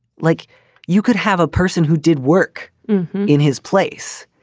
like you could have a person who did work in his place.